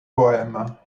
poèmes